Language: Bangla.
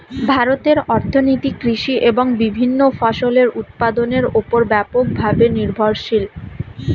ভারতের অর্থনীতি কৃষি এবং বিভিন্ন ফসলের উৎপাদনের উপর ব্যাপকভাবে নির্ভরশীল